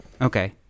Okay